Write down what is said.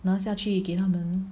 拿下去给他们